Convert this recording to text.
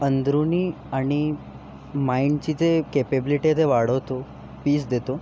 अंदरुनी आणि माईंडची जे केपेबिलीटी आहे ते वाढवतो पीस देतो